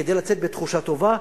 כדי לצאת בתחושה טובה.